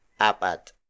apat